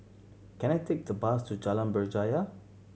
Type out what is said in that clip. can I take the bus to Jalan Berjaya